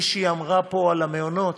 מישהי דיברה פה על המעונות,